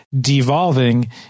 devolving